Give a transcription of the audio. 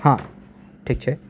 હા ઠીક છે